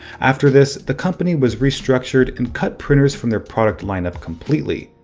after this, the company was restructured and cut printers from their product lineup completely.